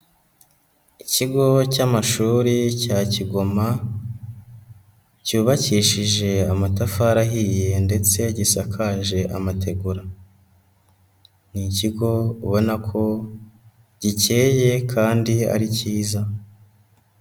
Ikigo cy'amashuri cya Kigoma, cyubakishije amatafari ahiye ndetse gisakaje amategura, ni ikigo ubona ko gikeye kandi ari cyiza.